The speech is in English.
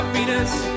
Happiness